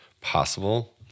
possible